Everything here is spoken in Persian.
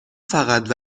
فقط